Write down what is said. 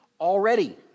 already